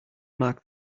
mark